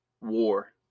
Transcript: war